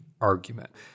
argument